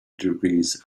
degrees